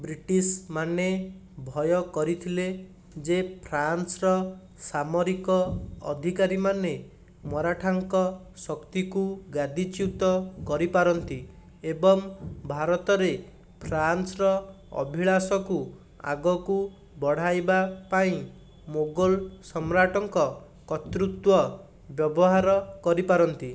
ବ୍ରିଟିଶମାନେ ଭୟ କରିଥିଲେ ଯେ ଫ୍ରାନ୍ସର ସାମରିକ ଅଧିକାରୀମାନେ ମରାଠାଙ୍କ ଶକ୍ତିକୁ ଗାଦିଚ୍ୟୁତ କରିପାରନ୍ତି ଏବଂ ଭାରତରେ ଫ୍ରାନ୍ସର ଅଭିଳାଷକୁ ଆଗକୁ ବଢ଼ାଇବା ପାଇଁ ମୋଗଲ ସମ୍ରାଟଙ୍କ କର୍ତ୍ତୃତ୍ୱ ବ୍ୟବହାର କରିପାରନ୍ତି